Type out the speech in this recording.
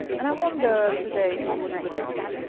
and i wonder today if it was a good idea.